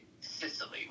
Sicily